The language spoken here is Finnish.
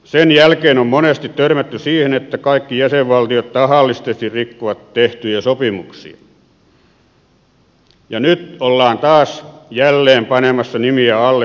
sen jälkeen on monesti törmätty siihen että kaikki jäsenvaltiot tahallisesti rikkovat tehtyjä sopimuksia ja nyt ollaan taas jälleen panemassa nimiä alle uuteen sopimukseen